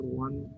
one